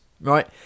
right